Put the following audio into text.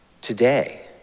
today